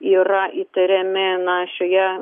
yra įtariami na šioje